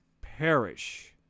perish